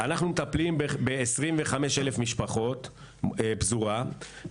אנחנו מטפלים בכ-25,000 משפחות בפזורה.